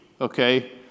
okay